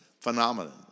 phenomenon